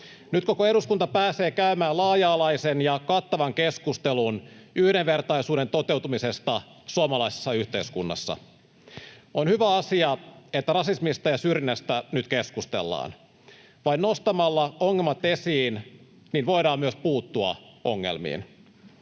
Nyt koko eduskunta pääsee käymään laaja-alaisen ja kattavan keskustelun yhdenvertaisuuden toteutumisesta suomalaisessa yhteiskunnassa. On hyvä asia, että rasismista ja syrjinnästä nyt keskustellaan. Vain nostamalla ongelmat esiin voidaan ongelmiin